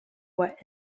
what